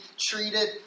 treated